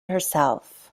herself